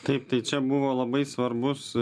taip tai čia buvo labai svarbus